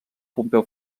pompeu